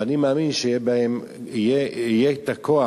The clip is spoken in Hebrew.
ואני מאמין שיהיה את הכוח